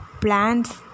plants